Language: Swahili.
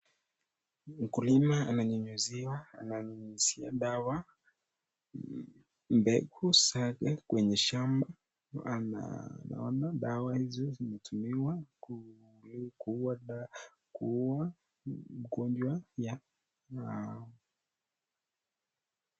Mkulima ananyunyizia dawa mbegu zake kwenye shamba ama naona dawa hizi inatumiwa kuuwa mgonjwa ya.